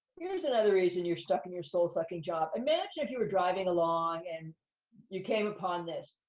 here's another reason you're stuck in your soul-sucking job. imagine if you were driving along and you came upon this.